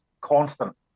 constant